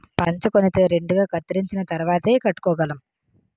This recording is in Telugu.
పంచకొనితే రెండుగా కత్తిరించిన తరువాతేయ్ కట్టుకోగలం